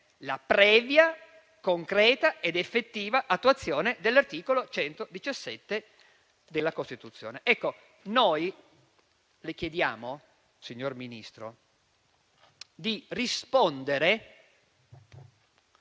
la previa, concreta ed effettiva attuazione dell'articolo 117 della Costituzione? Le chiediamo dunque, signor Ministro, di rispondere